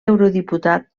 eurodiputat